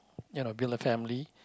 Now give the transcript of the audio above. you know build a family